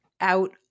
out